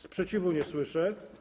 Sprzeciwu nie słyszę.